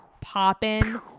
popping